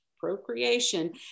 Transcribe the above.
procreation